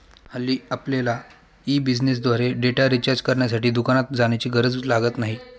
हल्ली आपल्यला ई बिझनेसद्वारे डेटा रिचार्ज करण्यासाठी दुकानात जाण्याची गरज लागत नाही